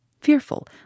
fearful